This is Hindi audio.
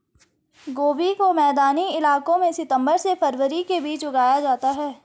गोभी को मैदानी इलाकों में सितम्बर से फरवरी के बीच उगाया जाता है